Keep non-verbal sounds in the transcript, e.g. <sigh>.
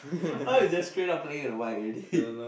<breath> now you just straight up playing in the mic already <laughs>